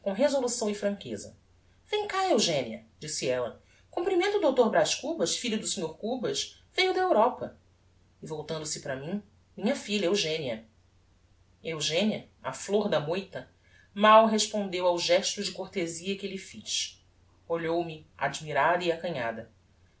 resolução e franqueza vem cá eugenia disse ella comprimenta o dr braz cubas filho do sr cubas veiu da europa e voltando-se para mim minha filha eugenia eugenia a flor da moita mal respondeu ao gesto de cortezia que lhe fiz olhou-me admirada e acanhada